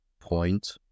point